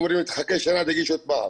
אומרים לי, תחכה שנה, תגיש עוד פעם.